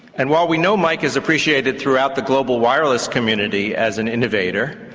and while we know mike is appreciated throughout the global wireless community as an innovator,